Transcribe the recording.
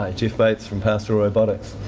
ah geoff bates from pastoral robotics.